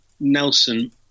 Nelson